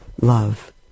love